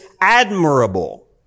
admirable